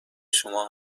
شما